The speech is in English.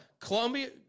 Columbia